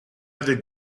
other